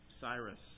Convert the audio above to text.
Cyrus